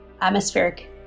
atmospheric